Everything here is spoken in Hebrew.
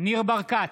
ניר ברקת,